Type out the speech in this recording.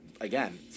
again